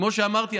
כמו שאמרתי,